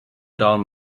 down